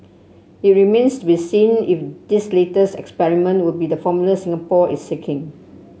it remains to be seen if this latest experiment will be the formula Singapore is seeking